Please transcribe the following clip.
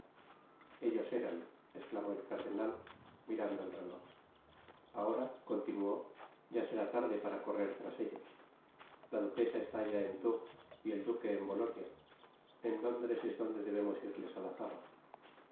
ellos eran esclamó el cardenal mirando el reloj ahora continuó ya será tarde para correr tras ellos la duquesa está ya en tours y el duque en bolonia en londres es donde debemos irles á la zaga